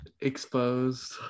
Exposed